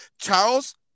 Charles